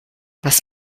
was